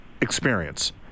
experience